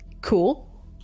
cool